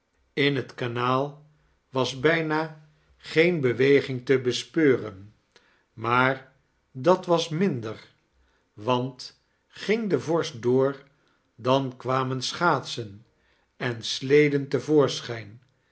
in het kanaal was bijna geen beweging te bespeuren maar dat was minder want ging de vorst door dan kwamen sahaatsen en sledem